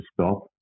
stop